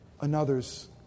another's